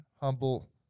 humble